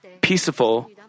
peaceful